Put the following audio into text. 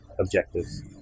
objectives